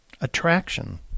Attraction